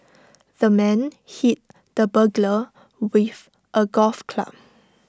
the man hit the burglar with A golf club